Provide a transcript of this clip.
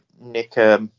Nick